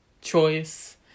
choice